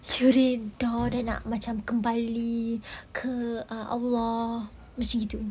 dah redha dah nak macam kembali ke err !alah! macam gitu